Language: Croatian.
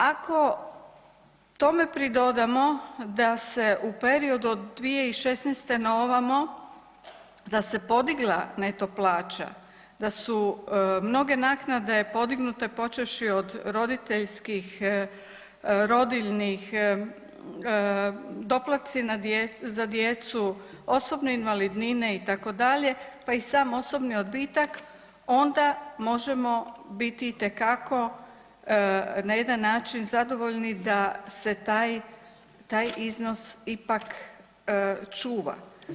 Ako tome pridodamo da se u periodu od 2016. na ovamo, da se podigla neto plaća, da su mnoge naknade podignute počevši od roditeljskih, rodiljnih, doplatci za djecu, osobne invalidnine itd., pa i sam osobni odbitak, onda možemo biti itekako na jedan način zadovoljni da se taj iznos ipak čuva.